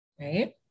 right